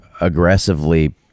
aggressively